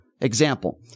example